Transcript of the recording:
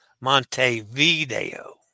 Montevideo